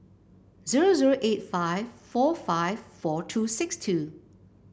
zero zero eight five four five four two six two